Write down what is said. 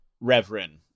Reverend